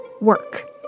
work